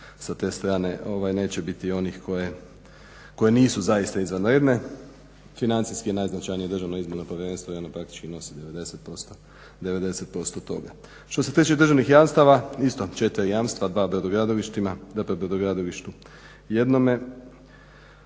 sa te strane neće biti onih koje nisu zaista izvanredne. Financijski je najznačajnije Državno izborno povjerenstvo i ono praktički nosi 90% toga. Što se tiče državnih jamstava isto 4 jamstva 2 brodogradilištima, zapravo brodogradilištu jednome.